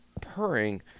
purring